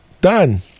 done